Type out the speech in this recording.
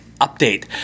update